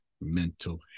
mental